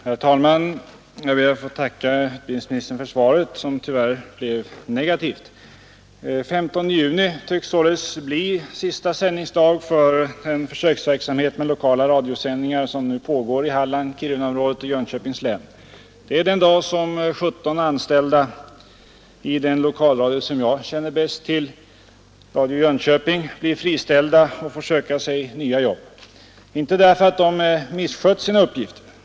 Herr talman! Jag ber att få tacka utbildningsministern för svaret, som tyvärr är negativt. Den 15 juni tycks således bli sista sändningsdag för den försöksverksamhet med lokala radiosändningar som nu pågår i Halland, Kirunaområdet och Jönköpings län. Det är den dagen 17 anställda i den lokalradio som jag känner bäst till, Radio Jönköping, blir friställda och får söka sig nya jobb. Och det beror inte på att de har misskött sina uppgifter.